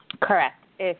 Correct